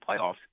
playoffs